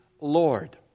Lord